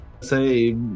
Say